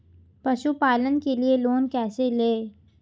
पशुपालन के लिए लोन कैसे लें?